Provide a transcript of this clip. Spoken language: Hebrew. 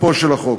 תוקפו של החוק.